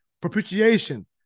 propitiation